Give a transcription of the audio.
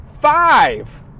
five